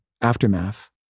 aftermath